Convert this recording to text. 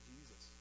Jesus